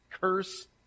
curse